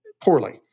poorly